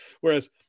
whereas